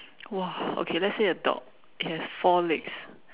!wah! okay let's say a dog it has four legs